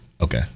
Okay